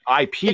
IP